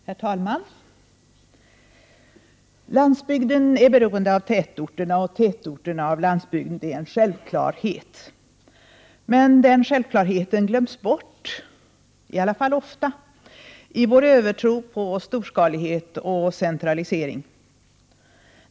Herr talman! Landsbygden är beroende av tätorterna och tätorterna av landsbygden. Det är en självklarhet. Men den självklarheten glöms ofta bort, eftersom vi har en övertro på storskalighet och centralisering.